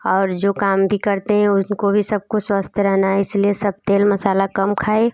और जो काम भी करते हैं उनको भी सबको स्वस्थ रहना है इस लिए सब तेल मसाला कम खाएं